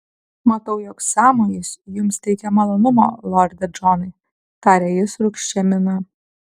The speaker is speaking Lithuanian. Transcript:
matau jog sąmojis jums teikia malonumo lorde džonai tarė jis rūgščia mina